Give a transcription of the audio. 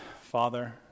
Father